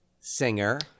singer